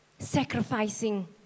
Sacrificing